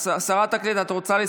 את רוצה,